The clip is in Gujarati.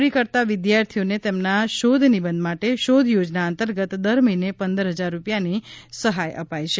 ડી કરતા વિદ્યાર્થીઓને તેમના શોધનિબંધ માટે શોધ યોજના અંતર્ગત દર મહિને પંદર હજાર રૂપિયાની સહાય અપાય છે